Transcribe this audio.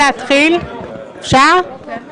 נתחיל עם הפטורים מחובת הנחה ולאחר מכן נמשיך עם שאר סעיפי